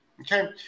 Okay